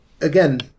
again